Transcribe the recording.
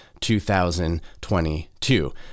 2022